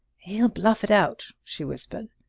he'll bluff it out! she whispered.